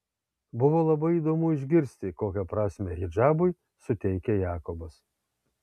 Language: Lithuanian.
buvo labai įdomu išgirsti kokią prasmę hidžabui suteikia jakobas